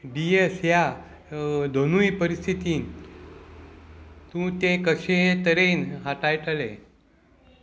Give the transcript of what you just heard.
D S ह्या दोनूय परिस्थितीन तूं तें कशें तरेन हटयतलें